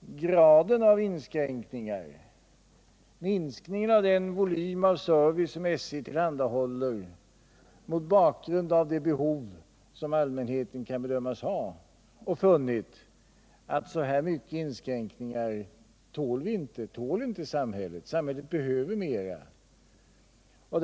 graden av inskränkningar, minskningen av den volym av service som SJ tillhandahåller, mot bakgrund av det behov som allmänheten kan bedömas ha och funnit att så här mycket inskränkningar tål inte samhället — samhället behöver mer service.